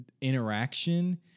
interaction